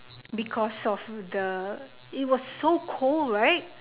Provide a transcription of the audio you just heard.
because of the it was so cold right